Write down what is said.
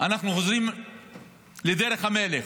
שאנחנו חוזרים לדרך המלך.